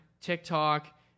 TikTok